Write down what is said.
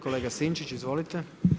Kolega Sinčić, izvolite.